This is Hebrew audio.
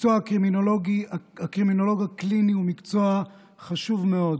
מקצוע הקרימינולוג הקליני הוא מקצוע חשוב מאוד